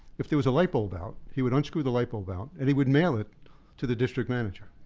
if there was a light bulb out, he would unscrew the light bulb out and he would mail it to the district manager.